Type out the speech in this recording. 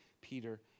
Peter